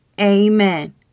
amen